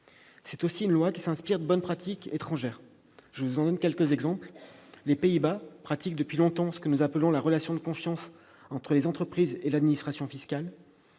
C'est aussi une loi qui s'inspire des bonnes pratiques étrangères. Je vous en donne quelques exemples. Les Pays-Bas pratiquent depuis longtemps ce que nous appelons la relation de confiance entre les entreprises et l'administration fiscale